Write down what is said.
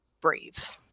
brave